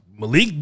Malik